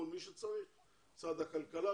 מול משרד הכלכלה,